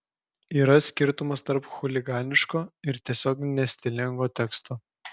yra skirtumas tarp chuliganiško ir tiesiog nestilingo teksto